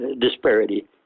disparity